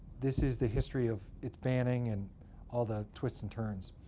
this is the history of it's banning, and all the twists and turns.